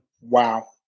wow